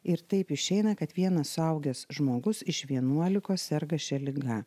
ir taip išeina kad vienas suaugęs žmogus iš vienuolikos serga šia liga